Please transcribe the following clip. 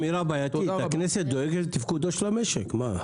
הכנסת דואגת לתפקודו של המשק.